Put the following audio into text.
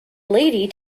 lady